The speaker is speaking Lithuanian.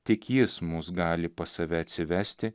tik jis mus gali pas save atsivesti